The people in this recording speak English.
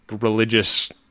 religious